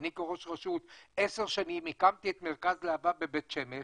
כראש רשות עשר שנים הקמתי את מרכז להב"ה בבית שמש